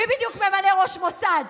מי בדיוק ממנה ראש מוסד?